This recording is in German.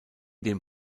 dem